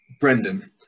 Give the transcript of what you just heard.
Brendan